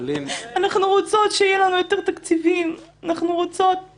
אנחנו רוצות שיהיו לנו יותר תקציבים, אנחנו רוצות